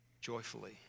joyfully